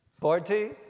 Forty